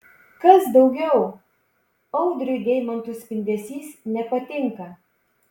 kas daugiau audriui deimantų spindesys nepatinka